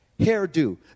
hairdo